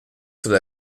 soll